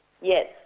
Yes